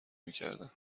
میکردند